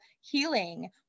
healing